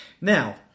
Now